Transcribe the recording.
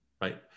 right